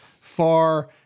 far